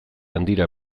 handira